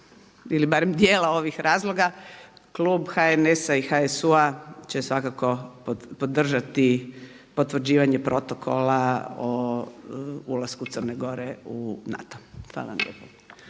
ili barem dijela ovih razloga klub HNS-a i HSU-a će svakako podržati Potvrđivanje protokola o ulasku Crne Gore u NATO. Hvala